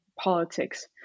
politics